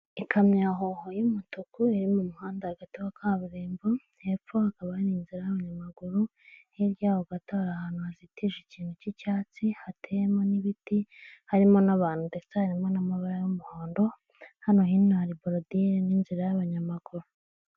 Ikamyo ya Hoho y'umutuku iri mu muhanda hagati wa kaburimbo, hepfo hakaba hari inzira y'abanyamaguru, hirya yaho gato hari ahantu hazitije ikintu cy'icyatsi hateyemo n'ibiti, harimo n'abantu ndetse harimo n'amabara y'umuhondo, hano hino hari borodire n'inzira y'abanyamaguru.